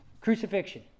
Crucifixion